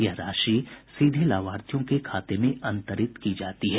यह राशि सीधे लाभार्थियों के खाते में अंतरित की जाती है